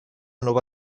nova